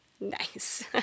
nice